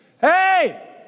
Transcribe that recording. Hey